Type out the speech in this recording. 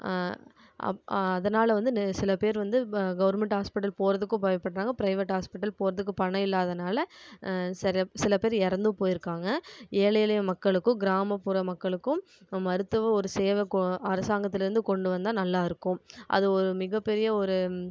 அதனால வந்து சில பேர் வந்து கவர்மெண்ட் ஹாஸ்பிட்டல் போகிறதுக்கும் பயப்படுறாங்க பிரைவேட் ஹாஸ்பிட்டல் போகிறதுக்கு பணம் இல்லாததுனால சில பேர் இறந்தும் போய்ருக்காங்க ஏழை எளிய மக்களுக்கும் கிராமப்புற மக்களுக்கும் மருத்துவ ஒரு சேவை அரசாங்கத்தில் இருந்து கொண்டு வந்தால் நல்லா இருக்கும் அது ஒரு மிகப்பெரிய ஒரு